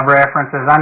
references